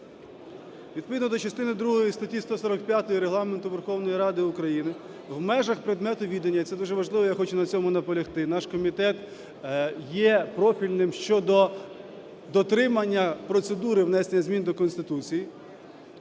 Відповідно до частини другої статті 145 Регламенту Верховної Ради України, в межах предмету відання – це дуже важливо, я хочу на цьому наполягти, наш комітет є профільним щодо дотримання процедури внесення змін до Конституції,